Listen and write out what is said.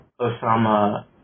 Osama